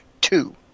Two